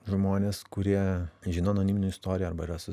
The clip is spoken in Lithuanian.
žmonės kurie žino anoniminių istoriją arba yra su